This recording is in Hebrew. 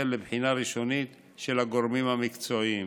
לבחינה ראשונית של הגורמים המקצועיים.